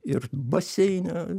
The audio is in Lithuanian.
ir baseiną